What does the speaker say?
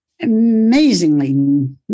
amazingly